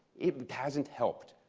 it hasn't helped.